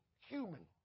human